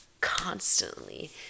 constantly